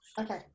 Okay